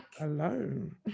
Alone